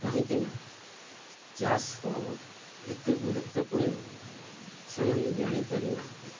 କାହିଁକି ନା ଚାଷ ଏତେ ଗୁରୁତ୍ୱପୂର୍ଣ୍ଣ ସେମାନେ ଜାଣିପାରିନାହାନ୍ତି